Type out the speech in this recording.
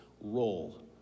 role